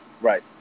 Right